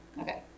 Okay